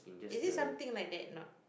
is it something like that not